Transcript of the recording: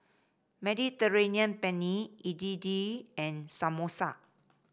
Mediterranean Penne Idili and Samosa